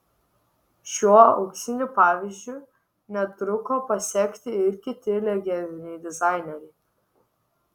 šiuo auksiniu pavyzdžiu netruko pasekti ir kiti legendiniai dizaineriai